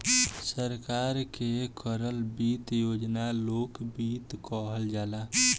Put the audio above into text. सरकार के करल वित्त योजना लोक वित्त कहल जाला